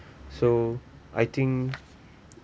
so I think